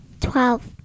Twelve